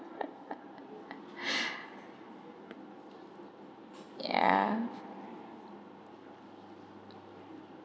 yeah